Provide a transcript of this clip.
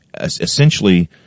essentially